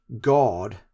God